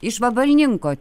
iš vabalninko